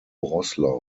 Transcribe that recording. roßlau